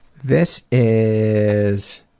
this is